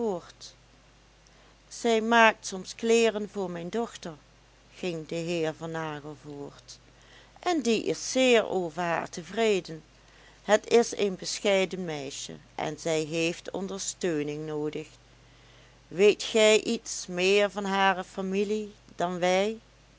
zij maakt soms kleeren voor mijn dochter ging de heer van nagel voort en die is zeer over haar tevreden het is een bescheiden meisje en zij heeft ondersteuning noodig weet gij iets meer van hare familie dan wij